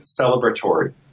celebratory